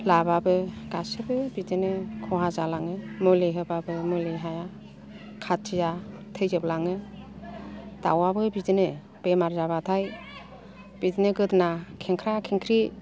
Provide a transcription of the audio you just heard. लाबाबो गासिबो बिदिनो खहा जालाङो मुलि होबाबो मुलि हाया खाथिया थैजोबलाङो दावआबो बिदिनो बेमार जाबाथाय बिदिनो गोदना खेंख्रा खेंख्रि